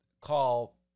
call